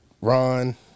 Ron